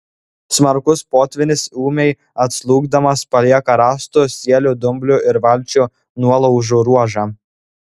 smarkus potvynis ūmiai atslūgdamas palieka rąstų sielių dumblių ir valčių nuolaužų ruožą